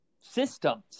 systems